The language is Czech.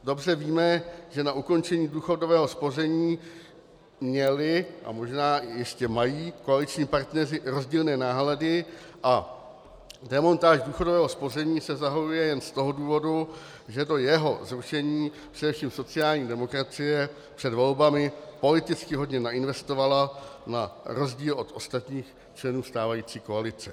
Dobře víme, že na ukončení důchodového spoření měli a možná i jistě mají koaliční partneři rozdílné náhledy a demontáž důchodového spoření se zahajuje jen z toho důvodu, že do jeho rušení především sociální demokracie před volbami politicky hodně nainvestovala na rozdíl od ostatních členů stávající koalice.